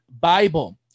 Bible